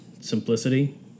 simplicity